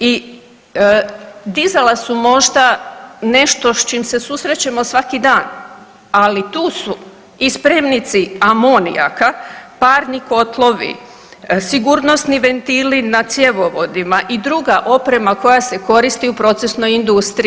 I dizala su možda nešto s čim se susrećemo svaki dan ali tu su i spremnici amonijaka, parni kotlovi, sigurnosni ventili na cjevovodima i druga oprema koja se koristi u procesnoj industriji.